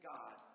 God